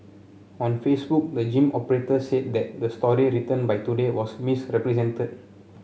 on Facebook the gym operator said that the story written by Today was misrepresented